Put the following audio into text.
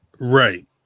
right